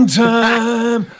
time